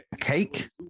cake